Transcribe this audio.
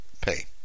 pay